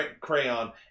crayon